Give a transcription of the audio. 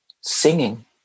singing